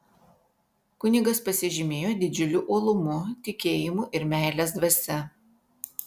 kunigas pasižymėjo didžiuliu uolumu tikėjimu ir meilės dvasia